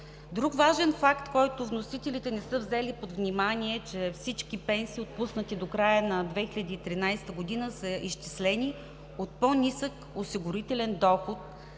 Друг важен факт, който вносителите не са взели под внимание, е, че всички пенсии, отпуснати до края на 2013 г. са изчислени от по-нисък осигурителен доход,